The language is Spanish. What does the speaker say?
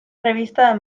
revista